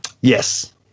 Yes